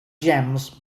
jams